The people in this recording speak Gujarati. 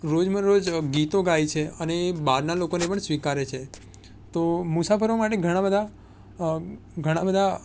રોજબરોજ ગીતો ગાય છે અને એ બહારનાં લોકોને પણ સ્વીકારે છે તો મુસાફરો માટે ઘણાં બધા ઘણાં બધા